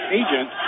agent